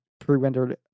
pre-rendered